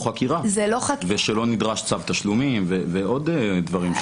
חקירה ושלא נדרש צו תשלומים ועוד דברים.